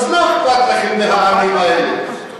אז לא אכפת לכם מהעמים האלה.